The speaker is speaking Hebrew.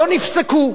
לא נפסקו.